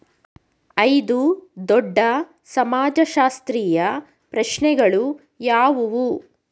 ಐದು ದೊಡ್ಡ ಸಮಾಜಶಾಸ್ತ್ರೀಯ ಪ್ರಶ್ನೆಗಳು ಯಾವುವು?